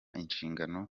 inshingano